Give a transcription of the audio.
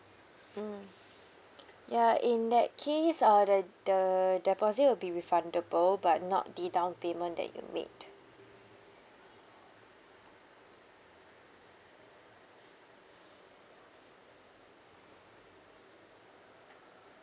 mm ya in that case uh the the deposit will be refundable but not the down payment that you made